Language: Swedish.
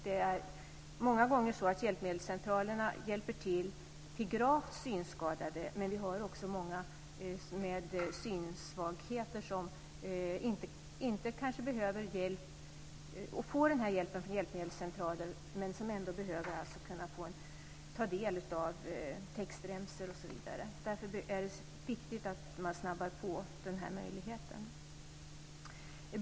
Det är många gånger så att hjälpmedelscentralerna hjälper gravt synskadade, men vi har också många med synsvagheter som kanske inte får denna hjälp från hjälpmedelscentraler, men som ändå behöver kunna ta del av textremsor, osv. Därför är det viktigt att man snabbar på denna möjlighet.